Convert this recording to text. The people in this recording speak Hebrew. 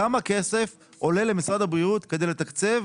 כמה כסף עולה למשרד הבריאות כדי לתקצב